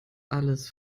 alles